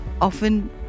Often